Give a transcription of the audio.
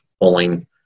pulling